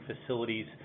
facilities